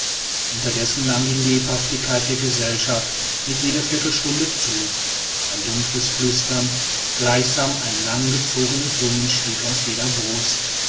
unterdessen nahm die lebhaftigkeit der gesellschaft mit jeder viertelstunde zu ein dumpfes flüstern gleichsam ein langgezogenes summen stieg aus jeder brust